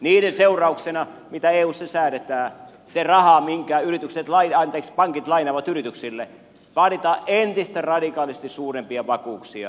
niiden seurauksena mitä eussa säädetään sille rahalle minkä pankit lainaavat yrityksille vaaditaan entistä radikaalisesti suurempia vakuuksia